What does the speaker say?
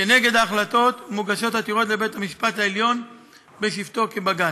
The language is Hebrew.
כנגד ההחלטות מוגשות עתירות לבית-המשפט העליון בשבתו כבג"ץ.